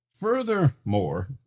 Furthermore